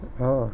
eh oh